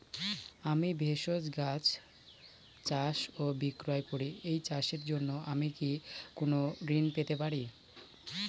আমি ভেষজ গাছ চাষ ও বিক্রয় করি এই চাষের জন্য আমি কি কোন ঋণ পেতে পারি?